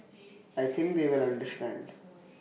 I think they will understand